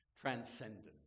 Transcendent